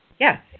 Yes